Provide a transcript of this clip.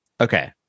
Okay